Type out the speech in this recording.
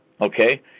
okay